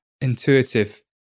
intuitive